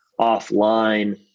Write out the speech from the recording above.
offline